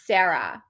Sarah